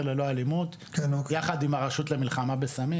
ללא אלימות יחד עם הרשות למלחמה בסמים,